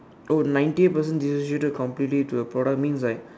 oh ninety percent distributed completely to a product means like